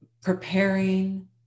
preparing